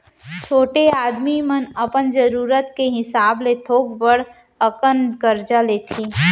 छोटे आदमी मन अपन जरूरत के हिसाब ले थोक बड़ अकन करजा लेथें